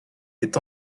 est